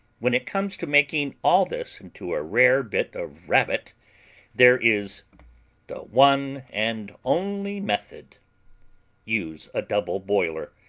when it comes to making all this into a rare bit of rabbit there is the one and only method use a double boiler,